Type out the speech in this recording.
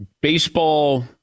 Baseball